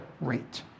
rate